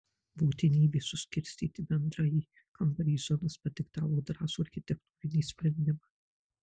būtinybė suskirstyti bendrąjį kambarį į zonas padiktavo drąsų architektūrinį sprendimą